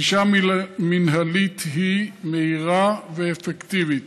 ענישה מינהלית היא מהירה ואפקטיבית.